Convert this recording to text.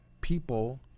people